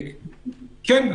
כן.